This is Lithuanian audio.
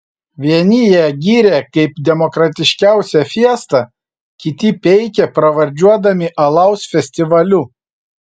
vieni ją gyrė kaip demokratiškiausią fiestą kiti peikė pravardžiuodami alaus festivaliu